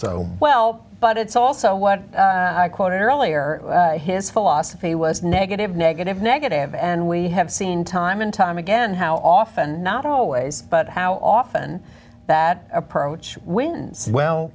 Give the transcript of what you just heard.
so well but it's also what i quoted earlier his philosophy was negative negative negative and we have seen time and time again how often not always but how often that approach wins well